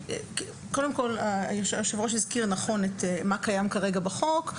קודם כל היושב-ראש הזכיר נכון את מה קיים כרגע בחוק.